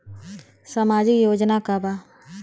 सामाजिक योजना का बा?